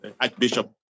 Archbishop